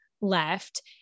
left